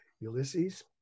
Ulysses